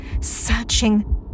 searching